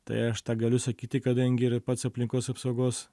tai aš tą galiu sakyti kadangi yra pats aplinkos apsaugos